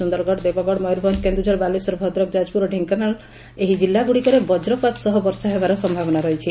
ସୁନ୍ଦରଗଡ ଦେବଗଡ ମୟରଭଞ୍ଞ କେନ୍ଦୁଝର ବାଲେଶ୍ୱର ଭଦ୍ରକ ଯାଜପୁର ଓ ଢେଙ୍କାନାଳ ଏହି କିଲ୍ଲାଗୁଡିକରେ ବଜ୍ରପାତ ସହ ବର୍ଷା ହେବାର ସମ୍ଭାବନା ରହିଛି